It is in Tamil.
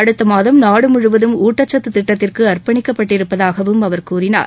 அடுத்தமாதம் நாடுமுழவதும் ஊட்டச்சத்து திட்டத்திற்கு அர்ப்பணிக்கப் பட்டிருப்பதாகவும் அவர் கூறினார்